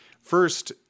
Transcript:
first